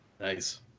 Nice